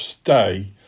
stay